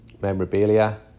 memorabilia